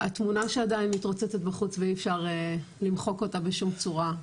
התמונה שעדיין מתרוצצת בחוץ ואי אפשר למחוק אותה בשום צורה,